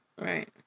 Right